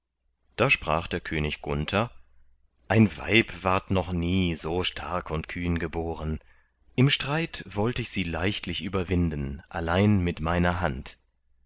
da sprach der könig gunther ein weib ward noch nie so stark und kühn geboren im streit wollt ich sie leichtlich überwinden allein mit meiner hand